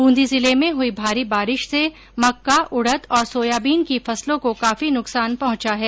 ब्रूंदी जिले में हुई भारी बारिश से मक्का उड़द और सोयाबीन की फसलों को काफी नुकसान पहुंचा है